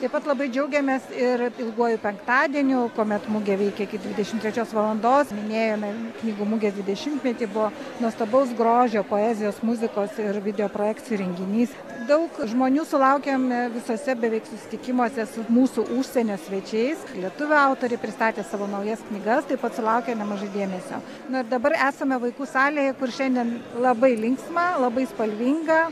taip pat labai džiaugiamės ir ilguoju penktadieniu kuomet mugė veikia iki dvidešimt trečios valandos minėjome knygų mugės dvidešimtmetį buvo nuostabaus grožio poezijos muzikos ir video projekcijų renginys daug žmonių sulaukiam visose beveik susitikimuose su mūsų užsienio svečiais lietuvių autoriai pristatė savo naujas knygas taip pat sulaukia nemažai dėmesio na dabar esame vaikų salėje kur šiandien labai linksma labai spalvinga